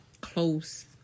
close